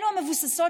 אלו המבוססות,